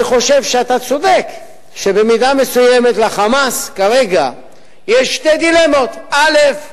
אני חושב שאתה צודק שבמידה מסוימת ל"חמאס" כרגע יש שתי דילמות: א.